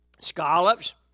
scallops